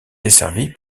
desservie